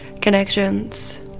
connections